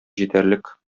җитәрлек